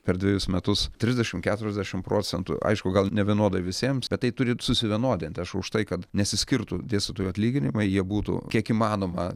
per dvejus metus trisdešimt keturiasdešimt procentų aišku gal nevienodai visiems bet tai turi susivienodinti aš už tai kad nesiskirtų dėstytojų atlyginimai jie būtų kiek įmanoma